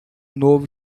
novo